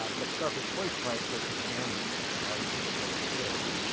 um but starfish place provided a place for families. a lot of these people have kids.